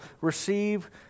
receive